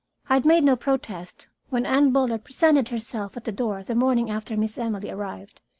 had made no protest when anne bullard presented herself at the door the morning after miss emily arrived,